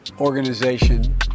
organization